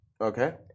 Okay